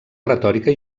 retòrica